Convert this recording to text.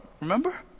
remember